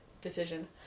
decision